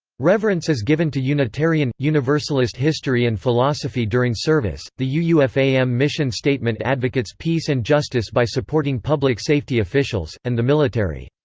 reverence is given to unitarian universalist history and philosophy during service the uufam mission statement advocates peace and justice by supporting public safety officials, and the military.